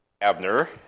Abner